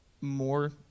more